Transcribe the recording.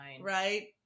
right